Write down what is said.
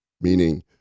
meaning